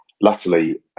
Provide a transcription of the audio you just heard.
latterly